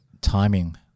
timing